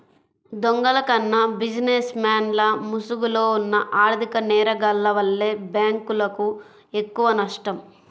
దొంగల కన్నా బిజినెస్ మెన్ల ముసుగులో ఉన్న ఆర్ధిక నేరగాల్ల వల్లే బ్యేంకులకు ఎక్కువనష్టం